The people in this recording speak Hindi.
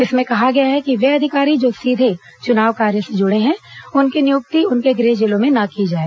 इसमें कहा गया है कि ये अधिकारी जो सीधे चुनाव कार्य से जुड़े हैं उनकी नियुक्ति उनके गृह जिलों में न की जाए